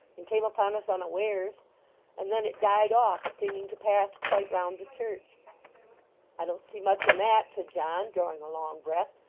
and came upon us unawares and then it died off seeming to pass quite round the church i don't see much in that said john, drawing a long breath,